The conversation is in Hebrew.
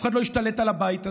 אף אחד לא השתלט על הבית הזה.